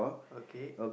okay